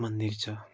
मन्दिर छ